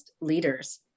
leaders